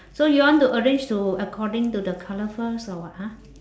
so you want to arrange to according to the colour first or what !huh!